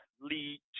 lead